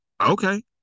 okay